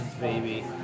baby